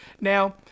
Now